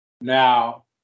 Now